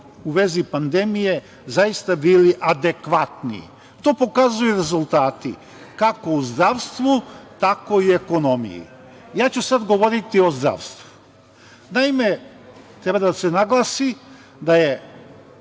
u vezi pandmije zaista bili adekvatni. To pokazuju rezultati kako u zdravstvu, tako i u ekonomiji. Sada ću govoriti o zdravstvu. Treba da se naglasiti da su